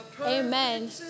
amen